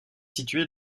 située